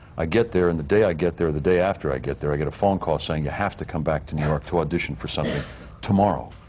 i get there, and the day i get there or the day after i get there, i get a phone call saying, you ah have to come back to new york to audition for something tomorrow.